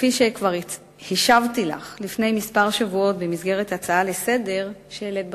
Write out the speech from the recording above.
כפי שכבר השבתי לך לפני כמה שבועות במסגרת הצעה לסדר-היום שהעלית בנושא,